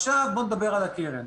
עכשיו נדבר על הקרן.